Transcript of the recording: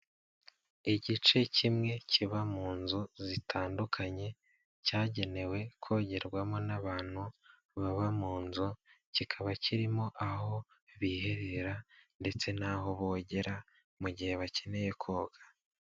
Igice kimwe kiba mu nzu zitandukanye cyagenewe kogerwamo n'abantu baba mu nzu, kikaba kirimo aho biherera ndetse n'aho bogera mu gihe bakeneye koga.